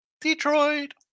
Detroit